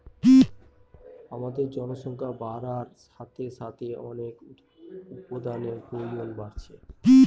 আমাদের জনসংখ্যা বাড়ার সাথে সাথে অনেক উপাদানের প্রয়োজন বাড়ছে